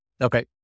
Okay